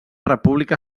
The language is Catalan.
república